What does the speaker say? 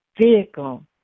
vehicle